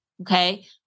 Okay